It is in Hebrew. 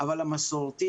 אבל המסורתי